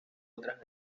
otras